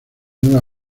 nueva